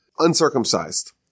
Uncircumcised